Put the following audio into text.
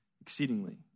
exceedingly